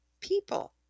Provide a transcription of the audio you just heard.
people